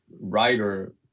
writer